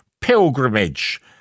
pilgrimage